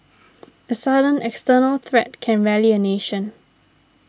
a sudden external threat can rally a nation